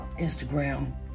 Instagram